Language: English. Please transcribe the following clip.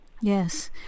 Yes